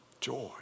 Joy